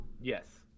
Yes